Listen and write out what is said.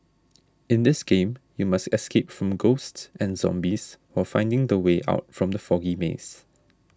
in this game you must escape from ghosts and zombies while finding the way out from the foggy maze